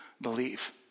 believe